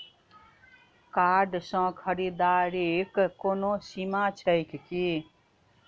Card सँ खरीददारीक कोनो सीमा छैक की?